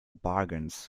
bargains